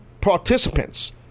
participants